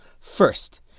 First